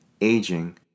aging